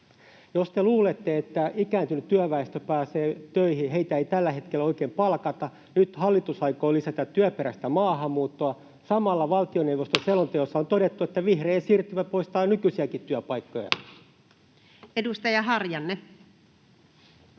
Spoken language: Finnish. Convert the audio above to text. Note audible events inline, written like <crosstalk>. Jos te luulette, että ikääntynyt työväestö pääsee töihin, niin ei heitä tällä hetkellä oikein palkata. Nyt hallitus aikoo lisätä työperäistä maahanmuuttoa. Samalla valtioneuvoston <noise> selonteossa on todettu, että vihreä siirtymä poistaa nykyisiäkin työpaikkoja. [Speech 250]